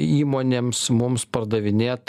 įmonėms mums pardavinėt